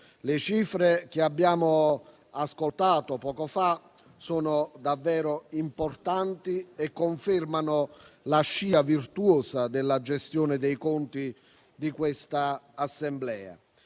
Le cifre che abbiamo ascoltato poco fa sono davvero importanti e confermano la scia virtuosa nella gestione dei conti di questa Assemblea: